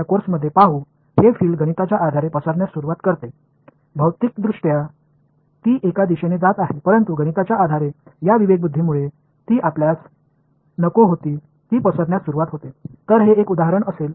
நான் இந்தத் துறையை பரப்புகையில் இந்த புலம் கணித ரீதியாக சிதறத் தொடங்குகிறது என்பதை இந்த பாடத்தித்தில் பார்ப்போம் பிசிக்கல்லி அது ஒரு திசையில் செல்கிறது ஆனால் கணித ரீதியாக இந்த டிஸ்கிரெட்டிஸேஸன் காரணமாக அது நாம் விரும்பாதவற்றை சிதறத் தொடங்குகிறது